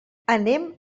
anem